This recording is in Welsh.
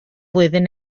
flwyddyn